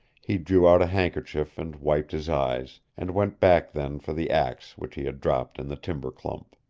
he drew out a handkerchief and wiped his eyes, and went back then for the axe which he had dropped in the timber clump.